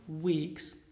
weeks